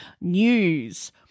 news